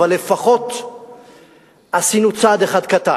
אבל לפחות עשינו צעד אחד קטן,